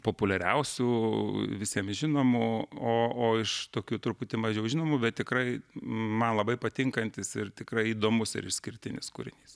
populiariausių visiems žinomų o o iš tokių truputį mažiau žinomų bet tikrai man labai patinkantis ir tikrai įdomus ir išskirtinis kūrinys